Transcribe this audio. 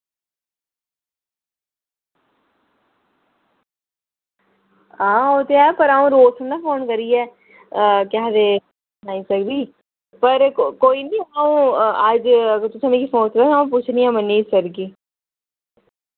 हां ओ ते ऐ पर अऊं रोज थोह्ड़ी ना फोन करियै केह् आखदे सनाई सकदी पर को कोई निं अऊं अज्ज तुसें मिकी फोन करूड़ेआ अ'ऊं पुच्छनी आं मनीश सर गी